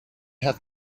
have